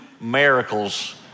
miracles